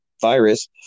virus